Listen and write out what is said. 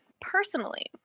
Personally